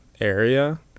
area